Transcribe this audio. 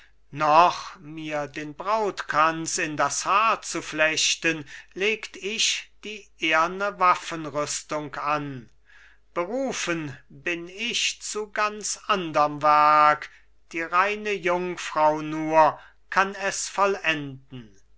noch mir den brautkranz in das haar zu flechten legt ich die ehrne waffenrüstung an berufen bin ich zu ganz anderm werk die reine jungfrau nur kann es vollenden